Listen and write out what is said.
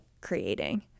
creating